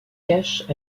cache